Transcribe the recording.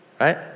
Right